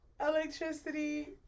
Electricity